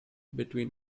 between